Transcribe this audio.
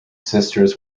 sisters